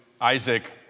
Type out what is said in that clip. Isaac